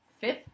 fifth